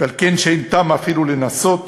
ועל כן שאין טעם אפילו לנסות,